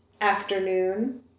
afternoon